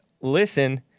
listen